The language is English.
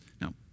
Now